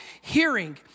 hearing